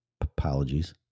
apologies